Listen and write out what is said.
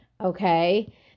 okay